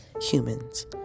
humans